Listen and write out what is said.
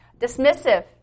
Dismissive